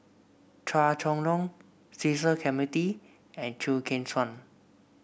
Chua Chong Long Cecil Clementi and Chew Kheng Chuan